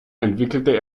entwickelte